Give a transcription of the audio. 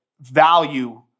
value